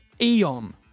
eon